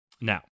Now